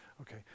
Okay